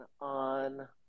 on